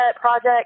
project